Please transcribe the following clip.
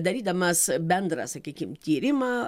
darydamas bendrą sakykim tyrimą